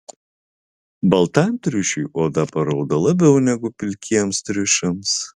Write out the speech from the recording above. baltam triušiui oda paraudo labiau negu pilkiems triušiams